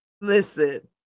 listen